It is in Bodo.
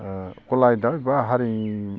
ओ खला आयदा एबा हारिमु